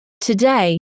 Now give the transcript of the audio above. Today